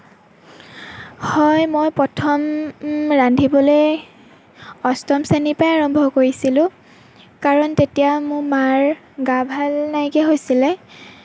হয় মই প্ৰথম ৰান্ধিবলৈ অষ্টম শ্ৰেণীৰ পৰাই আৰম্ভ কৰিছিলোঁ কাৰণ তেতিয়া মোৰ মাৰ গা ভাল নাইকিয়া হৈছিলে